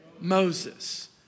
Moses